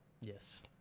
Yes